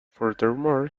furthermore